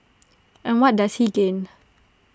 and what does he gain